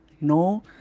No